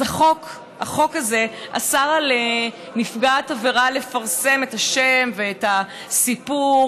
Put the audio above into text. אז החוק הזה אסר על נפגעת עבירה לפרסם את השם ואת סיפור,